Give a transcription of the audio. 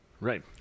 right